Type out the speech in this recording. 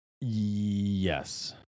Yes